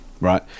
right